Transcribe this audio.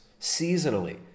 seasonally